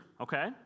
okay